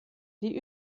die